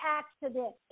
accident